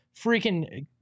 freaking